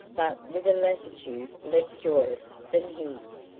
but with a lassitude less joyous than his.